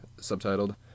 subtitled